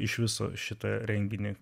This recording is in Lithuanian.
iš viso šitą renginį